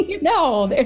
No